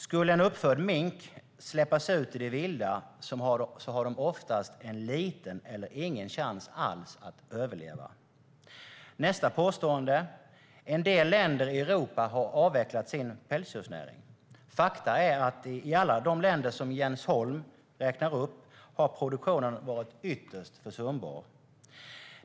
Skulle en uppfödd mink släppas ut i det vilda har den ofta liten eller ingen chans alls att överleva. Nästa påstående är att en del länder i Europa har avvecklat sin pälsdjursnäring. Fakta är att i alla de länder som Jens Holm räknar upp har produktionen varit försumbar.